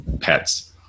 pets